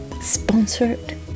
sponsored